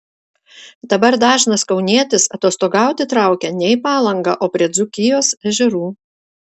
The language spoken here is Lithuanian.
dabar dažnas kaunietis atostogauti traukia ne į palangą o prie dzūkijos ežerų